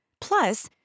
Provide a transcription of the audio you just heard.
Plus